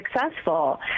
successful